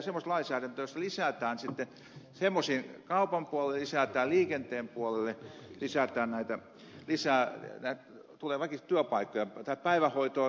me teemme sellaista lainsäädäntöä jossa kaupan puolelle lisätään liikenteen puolelle lisätään tulee väkisin työpaikkoja ja yöhoitoon pitää nyt lisätä